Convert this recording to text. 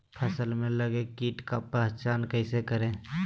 फ़सल में लगे किट का पहचान कैसे करे?